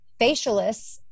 facialists